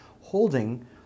holding